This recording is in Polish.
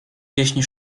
pieśni